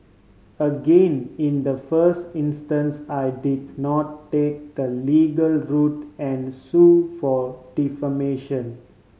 again in the first instance I did not take the legal route and sue for defamation